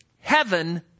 heaven